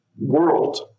world